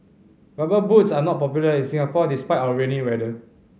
Rubber Boots are not popular in Singapore despite our rainy weather